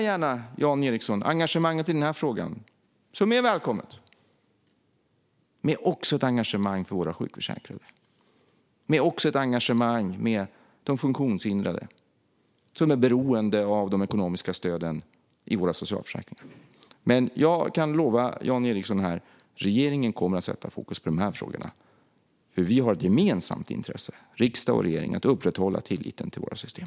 Kombinera gärna engagemanget i denna fråga, som är välkommet, med ett engagemang för våra sjukförsäkringar och ett engagemang för de funktionshindrade, som är beroende av de ekonomiska stöden i våra socialförsäkringar. Jag kan lova Jan Ericson att regeringen kommer att sätta fokus på dessa frågor, för riksdagen och regeringen har ett gemensamt intresse av att upprätthålla tilliten till våra system.